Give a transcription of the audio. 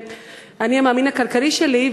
וה"אני מאמין" הכלכלי שלי,